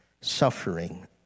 suffering